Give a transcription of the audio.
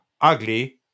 ugly